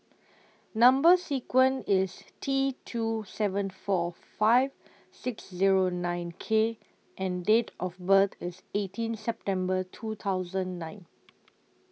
Number sequence IS T two seven four five six Zero nine K and Date of birth IS eighteen September two thousand nine